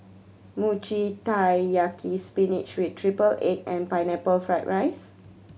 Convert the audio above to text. Mochi Taiyaki spinach with triple egg and Pineapple Fried rice